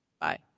Bye